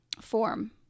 form